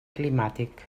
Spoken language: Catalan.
climàtic